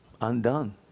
undone